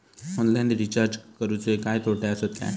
Online recharge करुचे काय तोटे आसत काय?